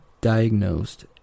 diagnosed